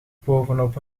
bovenop